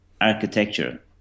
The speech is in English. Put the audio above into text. architecture